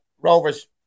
Rovers